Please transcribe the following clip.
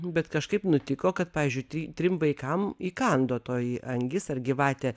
bet kažkaip nutiko kad pavyzdžiui tri trim vaikam įkando toji angis ar gyvatė